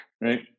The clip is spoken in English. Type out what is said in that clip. Right